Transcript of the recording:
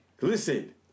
Listen